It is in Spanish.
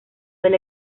del